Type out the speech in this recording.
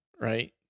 right